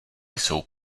jsou